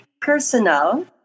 personal